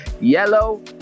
Yellow